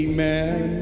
Amen